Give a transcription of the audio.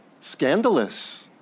Scandalous